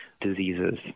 diseases